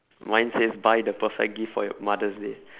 mine says buy the perfect gift for your mother's day